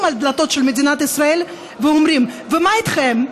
על הדלתות של מדינת ישראל ואומרים: ומה איתכם?